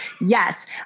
yes